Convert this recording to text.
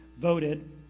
voted